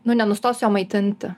nu nenustosiu jo maitinti